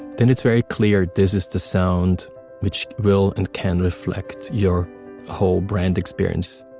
then it's very clear this is the sound which will and can reflect your whole brand experience